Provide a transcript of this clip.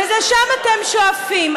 ולשם אתם שואפים,